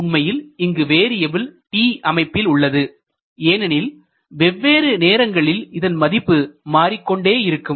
உண்மையில் இங்கு variable t அமைப்பில் உள்ளது ஏனெனில் வெவ்வேறு நேரங்களில் இதன் மதிப்பு மாறிக்கொண்டே இருக்கும்